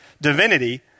divinity